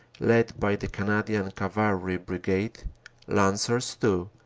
led by the canadian cava'lry brigade lancers too,